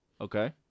okay